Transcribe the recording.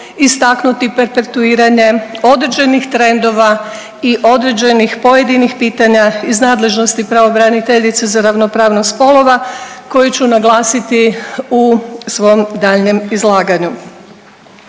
istaknuti perpetuiranje određenih trendova i određenih pojedinih pitanja iz nadležnosti pravobraniteljice za ravnopravnost spolova koji ću naglasiti u svom daljnjem izlaganju.